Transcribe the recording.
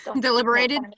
Deliberated